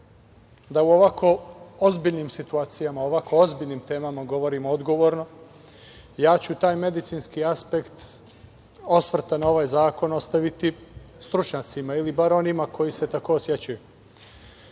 da u ovako ozbiljnim situacijama, ovako ozbiljnim temama govorimo odgovorno, ja ću taj medicinski aspekt osvrta na ovaj zakon ostaviti stručnjacima ili bar onima koji se tako osećaju. Ja